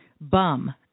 bum